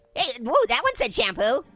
hey, whoa, that was said shampoo.